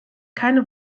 keine